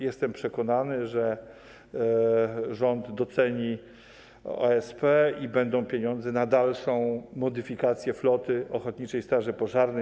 Jestem przekonany, że rząd doceni OSP i będą pieniądze na dalszą modyfikację floty ochotniczych straży pożarnych.